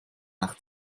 nach